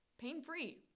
pain-free